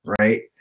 right